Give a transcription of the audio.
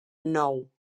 nou